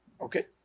Okay